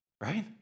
right